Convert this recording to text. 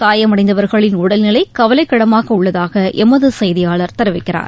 காயமடைந்தவர்களின் உடல்நிலை கவலைக்கிடமாக உள்ளதாக எமது செய்தியாளர் தெரிவிக்கிறார்